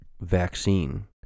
vaccine